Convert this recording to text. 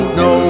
no